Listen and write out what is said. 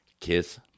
Kiss